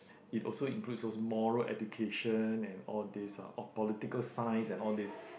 it also includes those moral education and all these ah or political sciences and all these